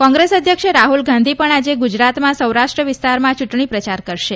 કોંગ્રેસ અધ્યક્ષ રાહુલ ગાંધી પણ આજે ગુજરાતમાં સૌરાષ્ટ્ર વિસ્તારમાં ચૂંટણી પ્રચાર કરશે